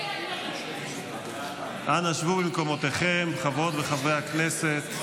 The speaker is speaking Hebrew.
אנא שבו במקומותיכם, חברות וחברי הכנסת.